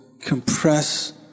compress